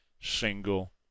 single